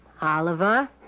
Oliver